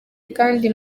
kandi